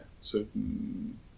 certain